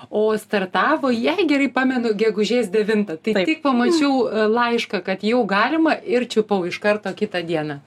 o startavo jei gerai pamenu gegužės devintą tai tik pamačiau laišką kad jau galima ir čiupau iš karto kitą dieną